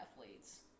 athletes